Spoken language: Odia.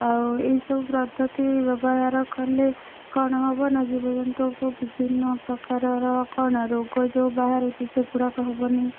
ଆଉ ଏହିସବୁ ପ୍ରଦ୍ଧତି ବ୍ୟବହାର କଲେ କ'ଣ ହବ ନା ଜୀବଜନ୍ତୁକୁ ବିଭିନ୍ନ ପ୍ରକାରର କ'ଣ ରୋଗ ଯେଉଁ ବାହାରୁଛି ସେଗୁଡ଼ାକ ହବନି